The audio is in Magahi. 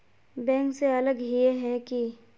बैंक से अलग हिये है की?